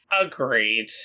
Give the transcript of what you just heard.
Agreed